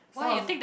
so I was